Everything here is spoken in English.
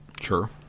Sure